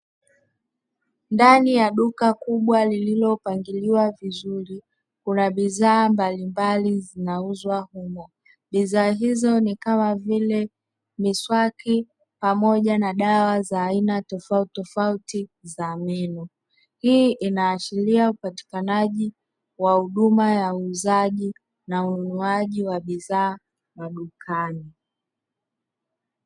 Ndani ya duka kubwa lililopangiliwa vizuri kuna bidhaa mbalimbali zinauzwa humo; bidhaa hizo ni kama vile miswaki, pamoja na dawa za aina tofauti tofauti za meno. Hii inaashiria upatikanaji wa huduma ya uuzaji na ununuaji wa bidhaa za dukani.